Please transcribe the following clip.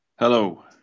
Hello